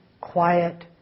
quiet